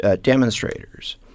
demonstrators